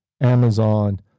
Amazon